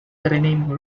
renamed